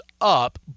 up